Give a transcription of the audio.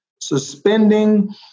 suspending